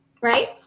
Right